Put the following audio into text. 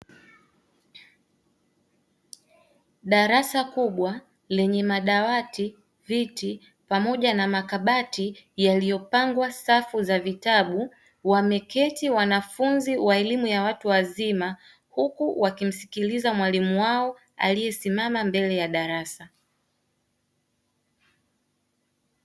Darasa kubwa lenye madawati, viti pamoja na makabati yaliyopangwa safu za vitabu, wameketi wanafunzi wa elimu ya watu wazima huku wakimsikiliza mwalimu wao aliyesimama mbele ya darasa.